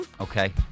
Okay